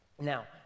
Now